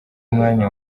umwanya